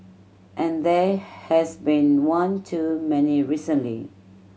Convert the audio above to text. and there has been one too many recently